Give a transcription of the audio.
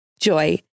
Joy